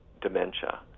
dementia